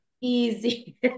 easy